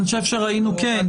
כן,